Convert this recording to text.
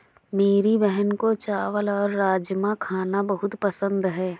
मेरी बहन को चावल और राजमा खाना बहुत पसंद है